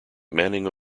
manning